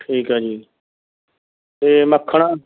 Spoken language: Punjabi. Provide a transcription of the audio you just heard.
ਠੀਕ ਆ ਜੀ ਅਤੇ ਮੱਖਣ